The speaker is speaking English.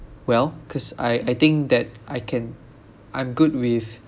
well cause I I think that I can I'm good with